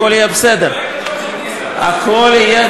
הכול יהיה בסדר, הכול יהיה בסדר.